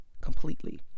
completely